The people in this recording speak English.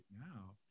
now